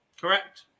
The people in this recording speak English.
Correct